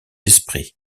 esprits